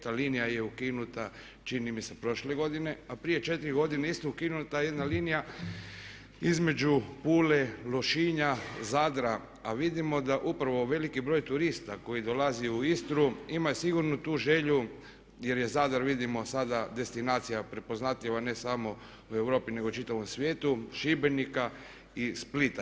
Ta linija je ukinuta čini mi se prošle godine, a prije 4 godine isto je ukinuta jedna linija između Pule, Lošinja, Zadra, a vidimo da upravo veliki broj turista koji dolazi u Istru ima sigurno tu želju jer je Zadar vidimo sada destinacija prepoznatljiva ne samo u Europi, nego i čitavom svijetu Šibenika i Splita.